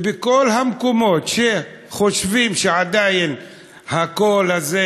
ובכל המקומות שחושבים שעדיין הקול הזה,